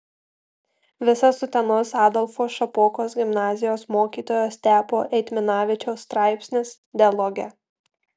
visas utenos adolfo šapokos gimnazijos mokytojo stepo eitminavičiaus straipsnis dialoge